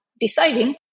deciding